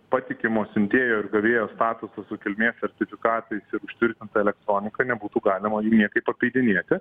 patikimo siuntėjo ir gavėjo statuso su kilmės sertifikatais ir užtvirtinta elektronika nebūtų galima niekaip apeidinėti